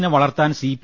എസിനെ വളർത്താൻ സി